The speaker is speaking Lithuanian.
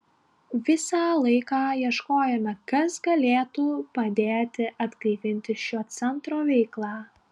visą laiką ieškome kas galėtų padėti atgaivinti šio centro veiklą